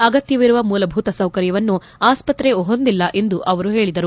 ಅಗತ್ತವಿರುವ ಮೂಲಭೂತಸೌಕರ್ಯವನ್ನು ಆಸ್ಪತ್ರೆ ಹೊಂದಿಲ್ಲ ಎಂದು ಅವರು ಹೇಳಿದರು